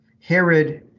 Herod